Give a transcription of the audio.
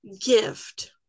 gift